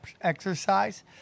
exercise